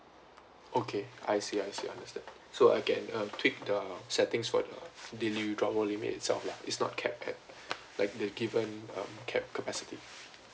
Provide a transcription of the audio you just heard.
okay I see I see understand so I can um tweak the settings for the daily withdrawal limit itself lah it's not capped at like the given um cap capacity